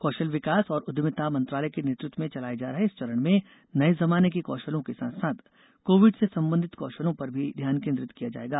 कौशल विकास और उद्यमिता मंत्रालय के नेतृत्व में चलाए जा रहे इस चरण में नए जमाने के कौशलों के साथ साथ कोविड से संबंधित कौशलों पर भी ध्यान केंद्रित किया जाएगा